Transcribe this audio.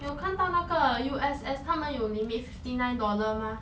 有看到那个 U_S_S 他们有 limit fifty nine dollar mah